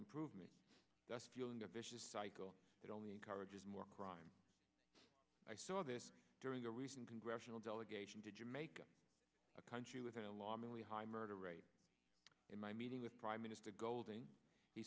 improvement that's fueling a vicious cycle that only encourages more crime i saw this during a recent congressional delegation to jamaica a country with an alarmingly high murder rate in my meeting with prime minister golding he